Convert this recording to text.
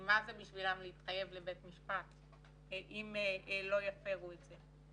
כי מה זה בשבילם להתחייב לבית משפט אם לא יפרו את זה.